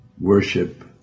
worship